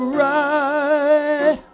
right